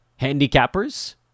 handicappers